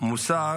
המוסר